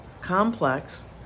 complex